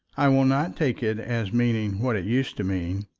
i will not take it as meaning what it used to mean.